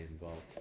involved